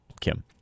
Kim